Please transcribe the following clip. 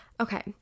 Okay